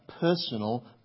personal